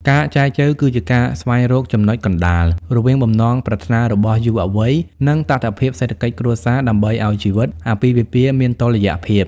ការចែចូវគឺជាការស្វែងរក "ចំណុចកណ្ដាល" រវាងបំណងប្រាថ្នារបស់យុវវ័យ និងតថភាពសេដ្ឋកិច្ចគ្រួសារ ដើម្បីឱ្យជីវិតអាពាហ៍ពិពាហ៍មានតុល្យភាព។